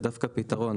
זה דווקא פתרון.